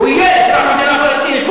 הוא יהיה שר במדינה הפלסטינית.